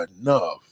enough